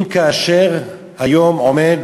אם היום עומד